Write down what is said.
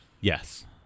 Yes